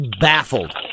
baffled